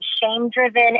shame-driven